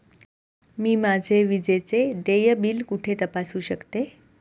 मी माझे विजेचे देय बिल कुठे तपासू शकते?